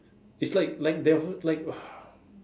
it's like like def~ like